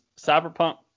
Cyberpunk